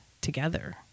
together